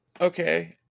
Okay